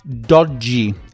Dodgy